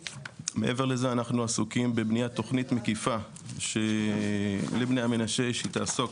אנחנו עסוקים בבניית תכנית מקיפה של בני המנשה שתעסוק